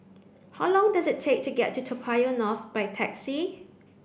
how long does it take to get to Toa Payoh North by taxi